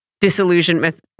disillusionment